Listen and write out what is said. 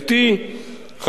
חבר הכנסת טיבייב,